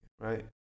right